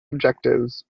objectives